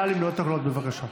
נא למנות את הקולות, בבקשה.